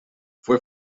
fue